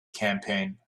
campaign